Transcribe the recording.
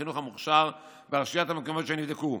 החינוך המוכש"ר ברשויות המקומיות שנבדקו.